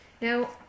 Now